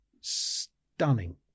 stunning